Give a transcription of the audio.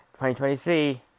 2023